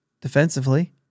defensively